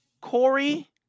Corey